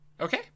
Okay